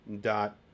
dot